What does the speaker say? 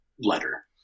letter